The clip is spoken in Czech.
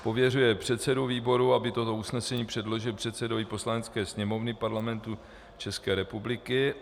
II. pověřuje předsedu výboru, aby toto usnesení předložil předsedovi Poslanecké sněmovny Parlamentu České republiky;